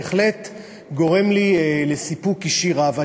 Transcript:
בהחלט גורם לי סיפוק אישי רב.